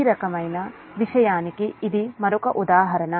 ఈ రకమైన విషయానికి ఇది మరొక ఉదాహరణ